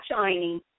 shining